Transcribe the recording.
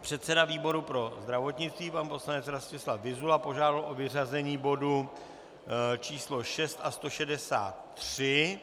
Předseda výboru pro zdravotnictví pan poslanec Rostislav Vyzula požádal o vyřazení bodů 6 a 163.